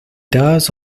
does